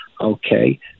okay